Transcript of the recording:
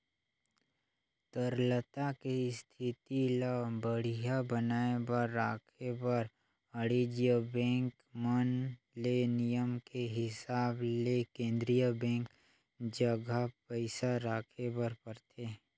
तरलता के इस्थिति ल बड़िहा बनाये बर राखे बर वाणिज्य बेंक मन ले नियम के हिसाब ले केन्द्रीय बेंक जघा पइसा राखे बर परथे